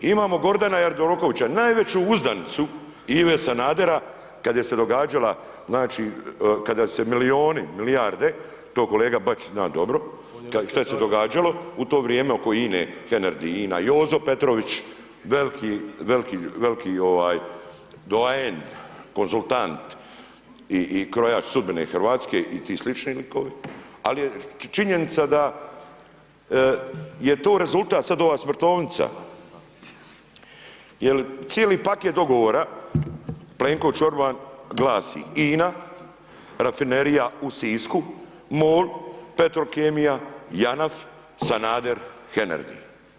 I imamo Gordana Jandrokovića, najveću uzdanicu Ive Sanadera kad je se događala znači, kada se milijuni, milijarde, to kolega Bačić zna dobro šta se događalo u to vrijeme oko INA-e, ... INA, Jozo Petrović, veliki, veliki, ovaj, doajen, konzultant i krojač sudbine Hrvatske i ti slični likovi ali je činjenica da je to rezultat sad ova smrtovnica jer cijeli paket dogovora Plenković-Orban glasi INA, Rafinerija u Sisku, MOL, Petrokemija, JANAF, Sanader, Henerdi.